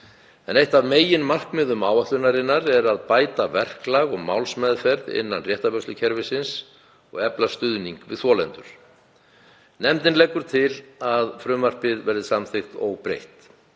en eitt af meginmarkmiðum áætlunarinnar er að bæta verklag og málsmeðferð innan réttarvörslukerfisins og efla stuðning við þolendur. Nefndin leggur til að frumvarpið verði samþykkt óbreytt.